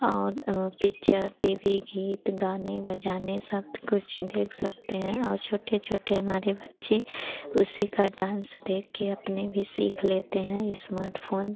और picture TV गीत गाने बजाने सब कुछ देख सकते हैं और छोटे छोटे हमारे बच्चे उसी का डांस देखकर अपने भी सीख लेते हैं इस्माटफ़ोन